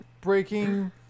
breaking